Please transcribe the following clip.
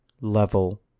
level